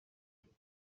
kimwe